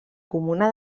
comuna